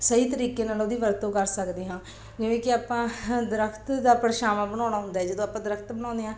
ਸਹੀ ਤਰੀਕੇ ਨਾਲ ਉਹਦੀ ਵਰਤੋਂ ਕਰ ਸਕਦੇ ਹਾਂ ਜਿਵੇਂ ਕਿ ਆਪਾਂ ਹਾਂ ਦਰਖਤ ਦਾ ਪਰਛਾਵਾ ਬਣਾਉਣਾ ਹੁੰਦਾ ਹੈ ਜਦੋਂ ਆਪਾਂ ਦਰਖਤ ਬਣਾਉਂਦੇ ਹਾਂ